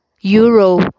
euro